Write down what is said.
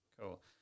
Cool